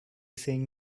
saying